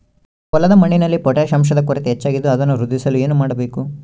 ನಮ್ಮ ಹೊಲದ ಮಣ್ಣಿನಲ್ಲಿ ಪೊಟ್ಯಾಷ್ ಅಂಶದ ಕೊರತೆ ಹೆಚ್ಚಾಗಿದ್ದು ಅದನ್ನು ವೃದ್ಧಿಸಲು ಏನು ಮಾಡಬೇಕು?